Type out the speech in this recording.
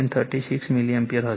36 o milliampere હશે